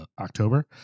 October